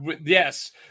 Yes